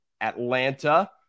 Atlanta